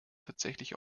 tatsächlich